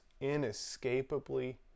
inescapably